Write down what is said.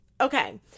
Okay